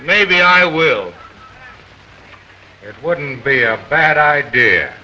maybe i will do it wouldn't be a bad idea